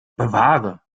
bewahre